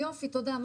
יופי, תודה.